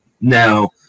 Now